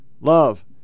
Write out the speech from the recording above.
love